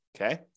Okay